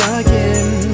again